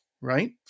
right